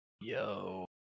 Yo